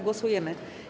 Głosujemy.